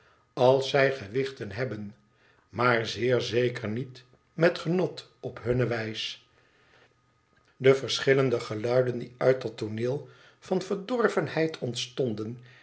als zij gewrichten hebben maar zeer zeker niet met genot op hunne wijs de verschillende geluiden die uit dat tooneel van verdorvenheid ontstonden